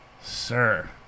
Sir